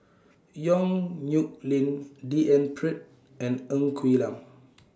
Yong Nyuk Lin D N Pritt and Ng Quee Lam